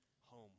home